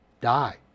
die